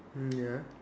mm ya